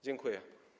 Dziękuję.